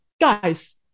guys